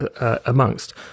amongst